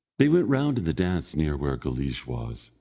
they went round in the dance near where guleesh was,